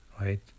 right